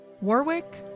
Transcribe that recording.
warwick